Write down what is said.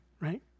right